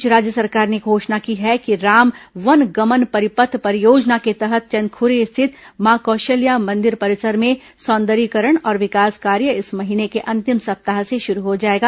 इस बीच राज्य सरकार ने घोषणा की है कि राम वनगमन परिपथ परियोजना के तहत चंदखुरी स्थित मां कौशिल्या मंदिर परिसर में सौंदर्यीकरण और विकास कार्य इस महीने के अंतिम सप्ताह से शुरू हो जाएगा